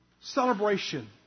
celebration